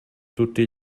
tutti